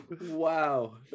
Wow